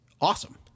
awesome